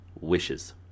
wishes